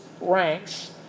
ranks